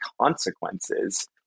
consequences